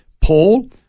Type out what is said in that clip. Paul